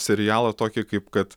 serialą tokį kaip kad